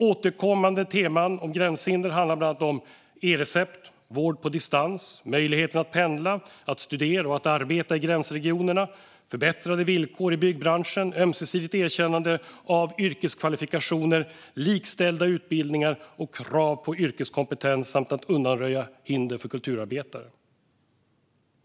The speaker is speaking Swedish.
Återkommande teman om gränshinder handlar bland annat om e-recept, vård på distans, möjligheten att pendla, att studera och att arbeta i gränsregionerna, förbättrade villkor i byggbranschen, ömsesidigt erkännande av yrkeskvalifikationer, likställda utbildningar och krav på yrkeskompetens samt att undanröja hinder för kulturarbetare.